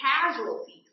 casualties